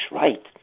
right